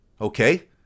Okay